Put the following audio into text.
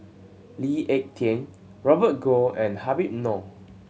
Lee Ek Tieng Robert Goh and Habib Noh